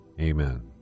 Amen